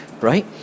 right